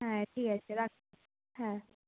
হ্যাঁ ঠিক আছে রাখছি হ্যাঁ